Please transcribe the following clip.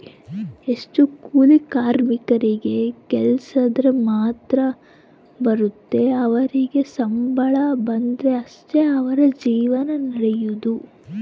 ಎಷ್ಟೊ ಕೂಲಿ ಕಾರ್ಮಿಕರಿಗೆ ಕೆಲ್ಸಿದ್ರ ಮಾತ್ರ ಬರುತ್ತೆ ಅವರಿಗೆ ಸಂಬಳ ಬಂದ್ರೆ ಅಷ್ಟೇ ಅವರ ಜೀವನ ನಡಿಯೊದು